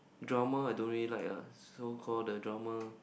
drama I don't really like ah so called the drama